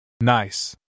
Nice